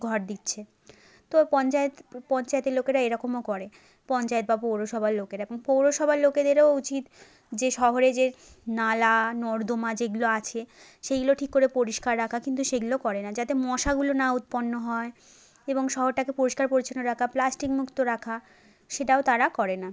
ঘর দিচ্ছে তো পঞ্চায়েত পঞ্চায়েতের লোকেরা এরকমও করে পঞ্চায়েত বা পৌরসভার লোকেরা পৌরসভার লোকেদেরও উচিত যে শহরে যে নালা নর্দমা যেগুলো আছে সেইগুলো ঠিক করে পরিষ্কার রাখা কিন্তু সেগুলো করে না যাতে মশাগুলো না উৎপন্ন হয় এবং শহরটাকে পরিষ্কার পরিচ্ছন্ন রাখা প্লাস্টিক মুক্ত রাখা সেটাও তারা করে না